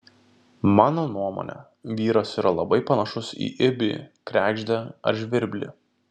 mano nuomone vyras yra labai panašus į ibį kregždę ar žvirblį